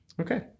okay